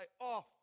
off